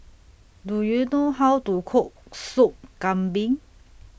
Do YOU know How to Cook Soup Kambing